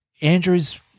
Andrews